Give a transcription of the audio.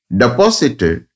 deposited